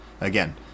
again